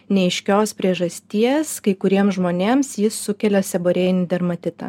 neaiškios priežasties kai kuriems žmonėms jis sukelia seborėjinį dermatitą